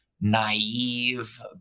naive